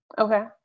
Okay